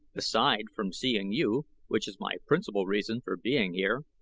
aside from seeing you, which is my principal reason for being here,